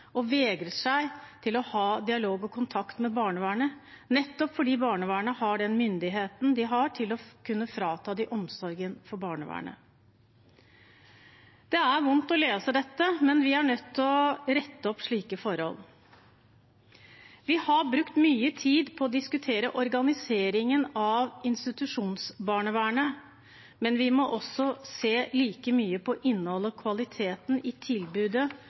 og vegrer seg for å ha dialog og kontakt med det, nettopp fordi barnevernet har myndighet til å kunne frata dem omsorgen for barnet. Det er vondt å lese dette, men vi er nødt til å rette opp slike forhold. Vi har brukt mye tid på å diskutere organiseringen av institusjonsbarnevernet, men vi må også se like mye på innholdet og kvaliteten i tilbudet